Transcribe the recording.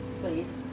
Please